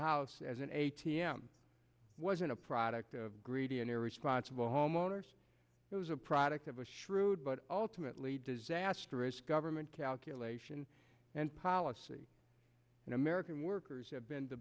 house as an a t m wasn't a product of greedy and irresponsible homeowners it was a product of a shrewd but ultimately disastrous government calculation and policy and american workers have been the